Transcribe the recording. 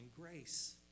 grace